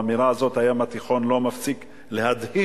האמירה הזאת: הים התיכון לא מפסיק להדהים.